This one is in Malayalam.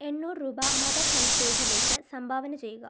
എണ്ണൂറ് രൂപ മദർ ഹെൽപ്പേജിലേക്ക് സംഭാവന ചെയ്യുക